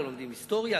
לא לומדים היסטוריה,